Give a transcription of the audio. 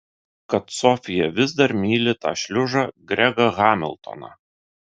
kad sofija vis dar myli tą šliužą gregą hamiltoną